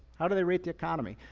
how do they rate the economy?